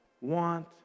want